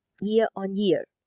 year-on-year